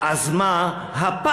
אז מה הפחד?